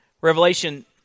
Revelation